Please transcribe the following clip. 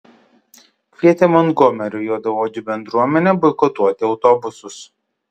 kvietė montgomerio juodaodžių bendruomenę boikotuoti autobusus